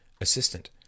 assistant